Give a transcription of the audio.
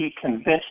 convention